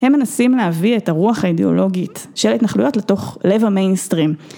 ‫הם מנסים להביא את הרוח האידיאולוגית ‫של התנחלויות לתוך לב המיינסטרים.